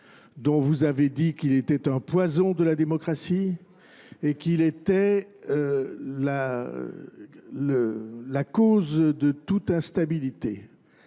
dont vous avez dit qu'il était un poison de la démocratie et qu'il était la cause de toute instabilité.